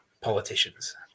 politicians